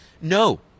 No